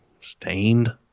Stained